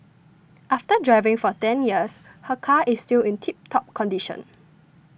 after driving for ten years her car is still in tip top condition